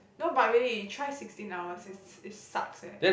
no but really you try sixteen hours it it sucks eh